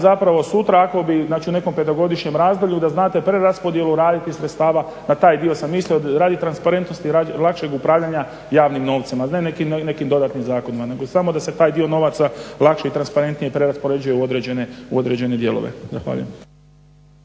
zapravo sutra ako bi, znači u nekom petogodišnjem razdoblju da znate preraspodjelu raditi sredstava na taj dio sam mislio radi transparentnosti, lakšeg upravljanja javnim novcem a ne nekakvim dodatnim zakonima nego samo da se taj dio novaca lakše i transparentnije preraspoređuje u određene dijelove.